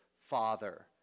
father